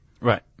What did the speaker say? Right